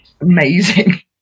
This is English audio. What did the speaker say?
amazing